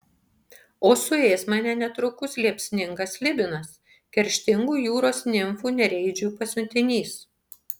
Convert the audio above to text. o suės mane netrukus liepsningas slibinas kerštingų jūros nimfų nereidžių pasiuntinys